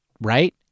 Right